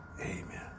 Amen